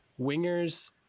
wingers